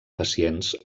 pacients